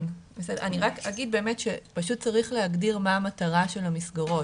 אני רק אגיד שפשוט צריך להגדיר מה המטרה של המסגרות.